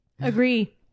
Agree